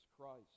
Christ